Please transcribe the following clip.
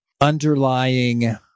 underlying